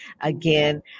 again